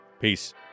peace